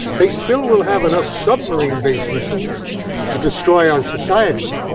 they still will have enough submarine-based missiles to destroy our society,